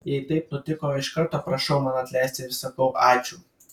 jei taip nutiko iš karto prašau man atleisti ir sakau ačiū